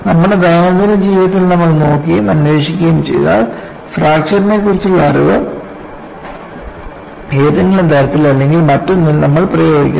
നമ്മുടെ ദൈനംദിന ജീവിതത്തിൽ നമ്മൾ നോക്കുകയും അന്വേഷിക്കുകയും ചെയ്താൽ ഫ്രാക്ചർനെക്കുറിച്ചുള്ള അറിവ് ഏതെങ്കിലും തരത്തിൽ അല്ലെങ്കിൽ മറ്റൊന്നിൽ നമ്മൾ പ്രയോഗിക്കുന്നു